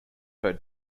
her